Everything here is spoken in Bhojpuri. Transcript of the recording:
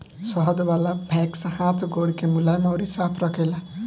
शहद वाला वैक्स हाथ गोड़ के मुलायम अउरी साफ़ रखेला